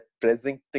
presenting